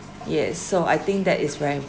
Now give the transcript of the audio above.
yes so I think that is very